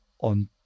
on